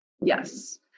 Yes